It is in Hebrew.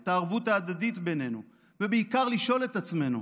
את הערבות ההדדית בינינו, ובעיקר לשאול את עצמנו